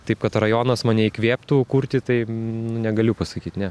taip kad rajonas mane įkvėptų kurti tai negaliu pasakyt ne